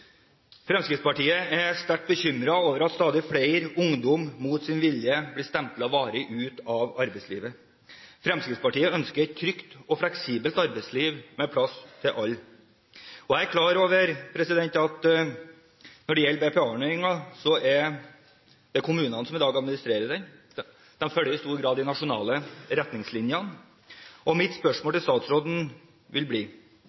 Fremskrittspartiet er sterkt bekymret over at stadig flere ungdommer mot sin vilje blir stemplet varig ut av arbeidslivet. Fremskrittspartiet ønsker et trygt og fleksibelt arbeidsliv med plass til alle. Jeg er klar over at det er kommunene som i dag administrerer BPA-ordningen. De følger i stor grad de nasjonale retningslinjene. Mitt spørsmål til statsråden blir: Vil